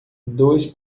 dois